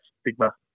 stigma